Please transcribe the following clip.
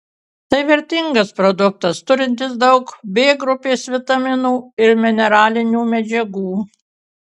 tai vertingas produktas turintis daug b grupės vitaminų ir mineralinių medžiagų